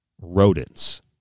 rodents